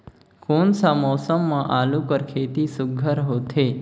कोन सा मौसम म आलू कर खेती सुघ्घर होथे?